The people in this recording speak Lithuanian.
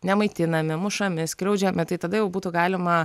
nemaitinami mušami skriaudžiami tai tada jau būtų galima